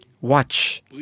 watch